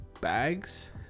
bags